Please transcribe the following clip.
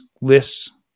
lists